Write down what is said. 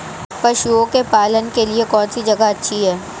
पशुओं के पालन के लिए कौनसी जगह अच्छी है?